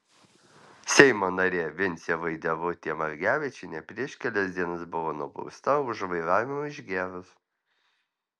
seimo narė vincė vaidevutė margevičienė prieš kelias dienas buvo nubausta už vairavimą išgėrus